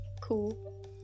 cool